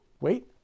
Wait